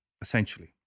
essentially